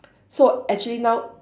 so actually now